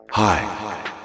Hi